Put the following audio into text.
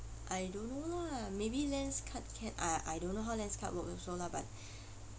I don't know lah maybe Lenskart can ah uh I don't know how Lenskart work also but